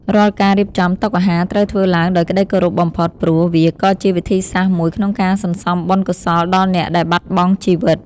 រាល់ការរៀបចំតុអាហារត្រូវធ្វើឡើងដោយក្ដីគោរពបំផុត ព្រោះ វាក៏ជាវិធីសាស្ត្រមួយក្នុងការសន្សំបុណ្យកុសលដល់អ្នកដែលបាត់បង់ជីវិត។